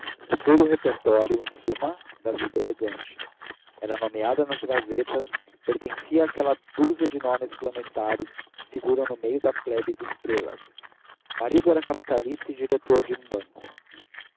todo o repertório em suma da vida elegante era nomeada nas gazetas pertencia àquela dúzia de nomes planetários que figuram no meio da plebe de estrelas o marido era capitalista e diretor de um banco